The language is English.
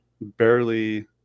barely